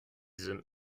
sind